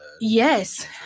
Yes